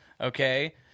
okay